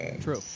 True